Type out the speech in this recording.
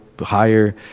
higher